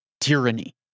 tyranny